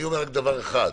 אני אומר רק דבר אחד: